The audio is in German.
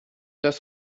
das